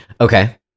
Okay